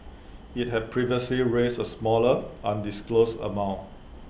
IT had previously raised A smaller undisclosed amount